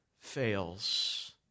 fails